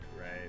right